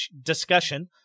discussion